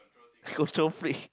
control freak